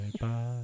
bye